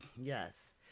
Yes